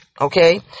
okay